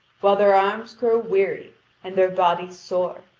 while their arms grow weary and their bodies sore,